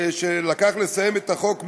שעבר כדי לסיים את החוק,